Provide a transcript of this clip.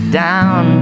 down